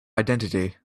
identity